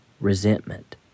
resentment